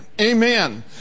amen